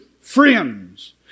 friends